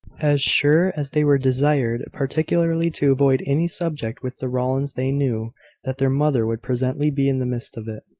as sure as they were desired particularly to avoid any subject with the rowlands, they knew that their mother would presently be in the midst of it.